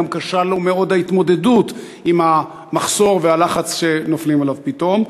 גם קשה לו מאוד ההתמודדות עם המחסור והלחץ שנופלים עליו פתאום.